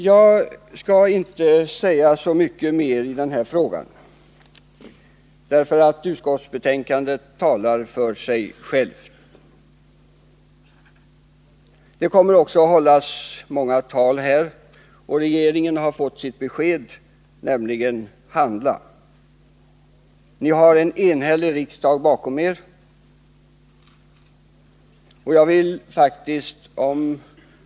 Jag skall inte säga så mycket mer i denna fråga — utskottsbetänkandet talar för sig självt. Det kommer också att hållas många tal här, och regeringen har fått sitt besked: Handla! Ni har en enhällig riksdag bakom er.